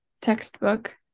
textbook